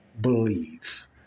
believe